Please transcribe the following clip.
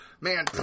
man